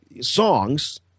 songs